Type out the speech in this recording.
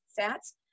fats